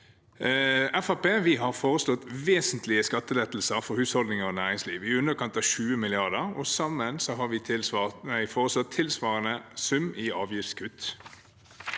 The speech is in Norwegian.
har foreslått vesentlige skattelettelser for husholdninger og næringsliv, i underkant av 20 mrd. kr, og vi har foreslått tilsvarende sum i avgiftskutt.